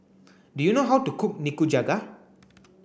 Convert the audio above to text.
do you know how to cook Nikujaga